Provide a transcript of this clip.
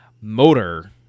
motor